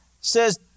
says